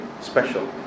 special